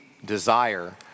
desire